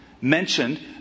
mentioned